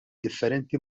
differenti